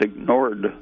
ignored